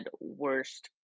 worst